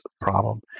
problem